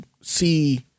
see